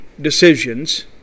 decisions